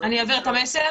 אני אעביר את המסר.